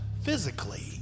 physically